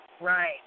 right